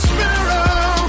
Sparrow